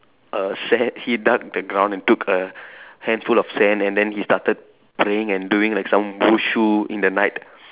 err sa he dug the ground and took a handful of sand and then he started praying and doing like some Wushu in the night